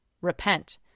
Repent